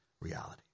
reality